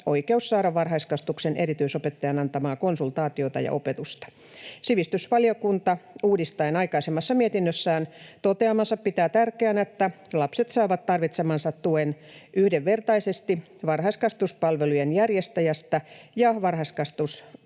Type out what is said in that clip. oikeus saada varhaiskasvatuksen erityisopettajan antamaa konsultaatiota ja opetusta. Sivistysvaliokunta uudistaen aikaisemmassa mietinnössään toteamansa pitää tärkeänä, että lapset saavat tarvitsemansa tuen yhdenvertaisesti varhaiskasvatuspalvelujen järjestäjästä ja varhaiskasvatuspaikasta